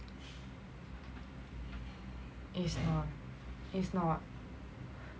yeah is not is not